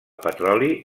petroli